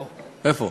פה, פה.